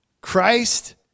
Christ